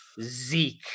Zeke